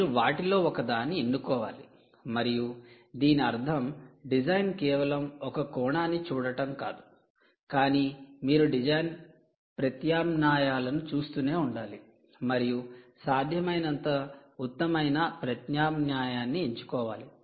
మీరు వాటిలో ఒకదాన్ని ఎన్నుకోవాలి మరియు దీని అర్థం డిజైన్ కేవలం ఒక కోణాన్ని చూడటం కాదు కానీ మీరు డిజైన్ ప్రత్యామ్నాయాలను చూస్తూనే ఉండాలి మరియు సాధ్యమైనంత ఉత్తమమైన ప్రత్యామ్నాయాన్ని ఎంచుకోవాలి